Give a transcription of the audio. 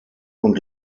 und